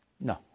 No